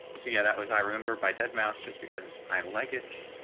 so yeah, that was i remember by dead mouse, just because i like it.